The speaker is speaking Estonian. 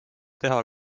teha